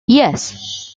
yes